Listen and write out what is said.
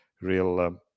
real